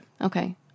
Okay